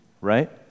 right